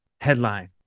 headline